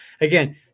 again